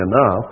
enough